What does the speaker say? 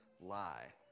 lie